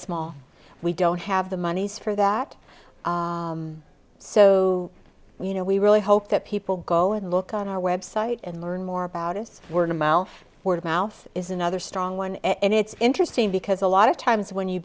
small we don't have the monies for that so you know we really hope that people go and look on our website and learn more about us word of mouth word of mouth is another strong one and it's interesting because a lot of times when you